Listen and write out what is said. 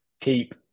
Keep